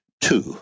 two